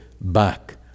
back